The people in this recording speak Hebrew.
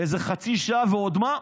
איזה חצי שעה, ועוד מה?